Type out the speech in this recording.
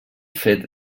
fet